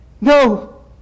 No